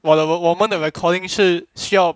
我的我我们的 recording 是需要